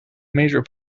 major